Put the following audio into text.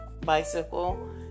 bicycle